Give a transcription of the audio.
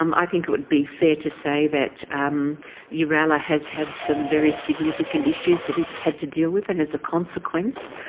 um i think it would be fair to say that yooralla has had some very significant issues that it's had to deal with and, as a consequence,